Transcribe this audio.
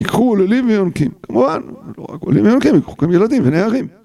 יקחו עוללים ויונקים, כמובן, לא רק עוללים ויונקים, יקחו גם ילדים ונערים.